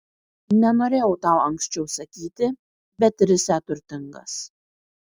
nenorėjau tau anksčiau sakyti bet risią turtingas